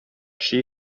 she